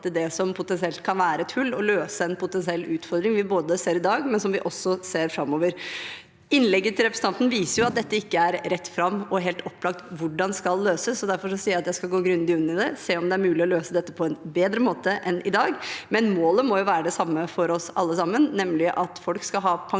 potensielt kan være et hull, og løse en potensiell utfordring som vi ser i dag, men som vi også ser framover. Representantens innlegg viser at dette ikke er rett fram og helt opplagt hvordan skal løses, og derfor sier jeg at jeg skal gå grundig inn i det og se om det er mulig å løse det på en bedre måte enn i dag. Men målet må jo være det samme for oss alle, nemlig at folk skal ha pensjonen